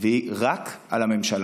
והיא רק הממשלה.